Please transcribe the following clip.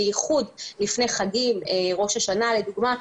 במיוחד לפני חגים לדוגמה,